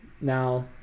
now